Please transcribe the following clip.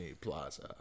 Plaza